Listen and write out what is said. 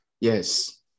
Yes